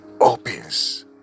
opens